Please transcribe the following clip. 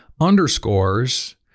underscores